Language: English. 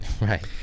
right